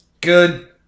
good